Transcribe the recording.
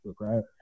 Right